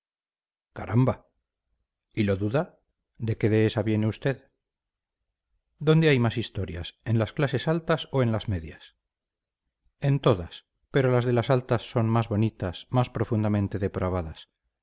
caramba y lo duda de qué dehesa viene usted dónde hay más historias en las clases altas o en las medias en todas pero las de las altas son más bonitas más profundamente depravadas